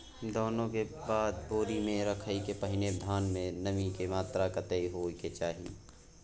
दौनी के बाद बोरी में रखय के पहिने धान में नमी के मात्रा कतेक होय के चाही?